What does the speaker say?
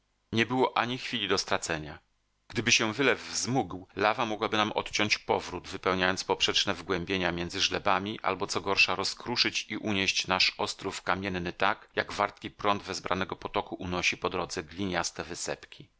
nie było ani chwili do stracenia gdyby się wylew wzmógł lawa mogłaby nam odciąć powrót wypełniając poprzeczne wgłębienia między żlebami albo co gorsza rozkruszyć i unieść nasz ostrów kamienny tak jak wartki prąd wezbranego potoku unosi po drodze gliniaste wysepki